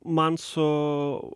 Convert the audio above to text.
man su